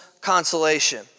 consolation